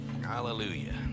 hallelujah